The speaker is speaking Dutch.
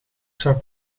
zou